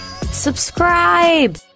subscribe